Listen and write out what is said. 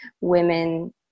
women